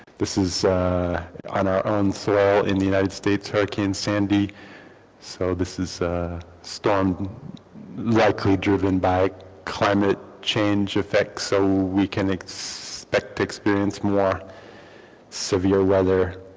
this is on our own soil in the united states, hurricane sandy so this is a storm likely driven by climate change effects. so we can expect to experience more severe weather